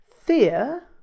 Fear